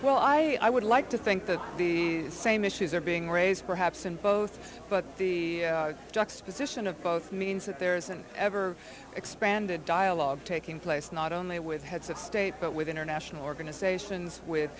well i i would like to think that the same issues are being raised perhaps in both but the juxtaposition of both means that there's an ever expanding dialogue taking place not only with heads of state but with international organizations with